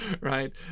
right